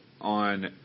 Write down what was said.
on